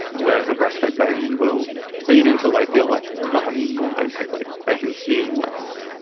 whereas a breastfed baby will feed until they feel like not having any more basically, they consume less.